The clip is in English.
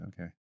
Okay